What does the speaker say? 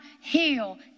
heal